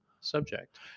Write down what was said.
subject